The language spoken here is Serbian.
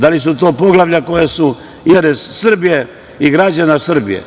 Da li su to poglavlja koja su interes Srbije i građana Srbije?